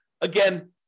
Again